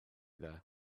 there